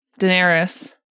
Daenerys